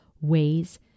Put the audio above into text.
ways